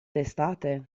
testate